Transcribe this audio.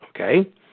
okay